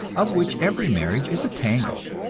of which every marriage is a tangle,